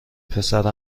پسر